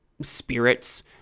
spirits